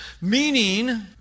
Meaning